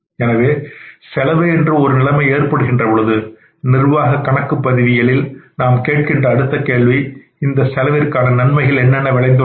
எனவே கூடுதல்செலவு என்று ஒரு நிலைமை ஏற்படுகின்ற பொழுது நிர்வாக கணக்குப்பதிவியலில் நாம் கேட்கின்ற அடுத்த கேள்வி இந்த செலவிற்கான கூடுதல் நன்மைகள் என்னென்ன விளைந்து உள்ளன